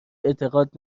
اعتقاد